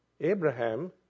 Abraham